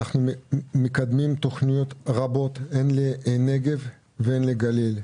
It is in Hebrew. אנחנו מקדמים תכניות רבות הן לנגב והן לגליל,